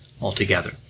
altogether